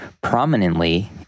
prominently